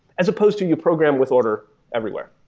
as supposed to you program with order everywhere.